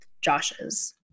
Josh's